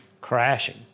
Crashing